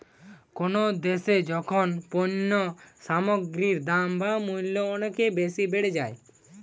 কোনো দ্যাশে যখন পণ্য সামগ্রীর দাম বা মূল্য অনেক বেশি বেড়ে যায়